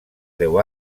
deu